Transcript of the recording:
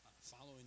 following